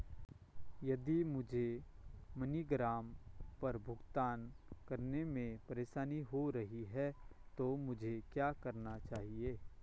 यदि मुझे मनीग्राम पर भुगतान करने में परेशानी हो रही है तो मुझे क्या करना चाहिए?